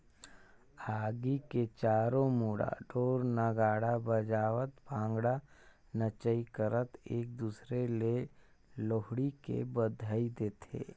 आगी के चारों मुड़ा ढोर नगाड़ा बजावत भांगडा नाचई करत एक दूसर ले लोहड़ी के बधई देथे